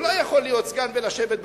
הוא לא יכול להיות סגן ולשבת בבית.